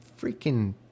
freaking